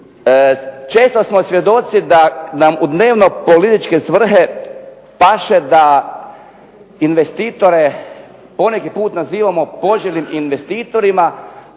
često smo svjedoci da nam u dnevno političke svrhe paše da investitore poneki put nazivamo poželjnim investitorima,